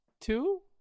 Two